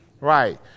Right